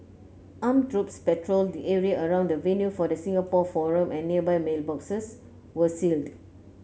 armed troops patrolled the area around the venue for the Singapore forum and nearby mailboxes were sealed